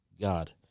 God